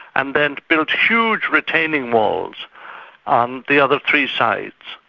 and then build huge retaining walls um the other three sides.